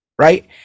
right